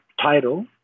title